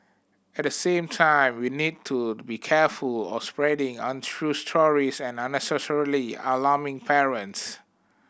at the same time we need to be careful of spreading untrue stories and unnecessarily alarming parents